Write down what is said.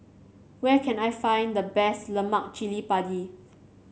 where can I find the best Lemak Cili Padi